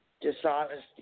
dishonesty